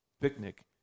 picnic